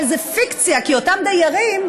אבל זה פיקציה, כי אותם דיירים,